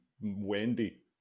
wendy